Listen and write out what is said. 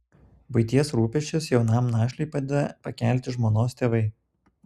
buities rūpesčius jaunam našliui padeda pakelti žmonos tėvai